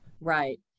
Right